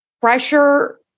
pressure